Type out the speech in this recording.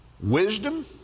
wisdom